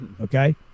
okay